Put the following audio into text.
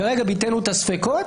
כרגע ביטאנו את הספקות,